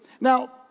Now